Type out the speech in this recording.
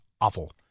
awful